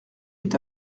est